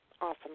Awesome